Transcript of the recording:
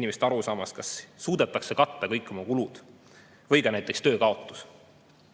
inimeste arusaamast, kas suudetakse katta kõik oma kulud, ja ka näiteks töökaotuse